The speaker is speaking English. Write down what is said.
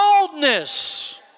boldness